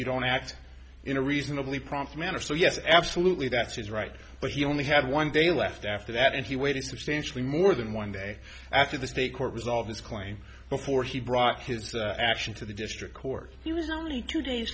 you don't act in a reasonably prompt manner so yes absolutely that's his right but he only had one day left after that and he waited substantially more than one day after the state court resolved his claim before he brought his action to the district court he was only two